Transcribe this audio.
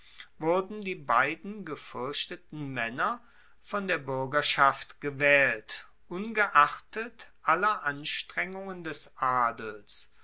wurden die beiden gefuerchteten maenner von der buergerschaft gewaehlt ungeachtet aller anstrengungen des adels